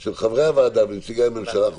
של חברי הוועדה ונציגי הממשלה אנחנו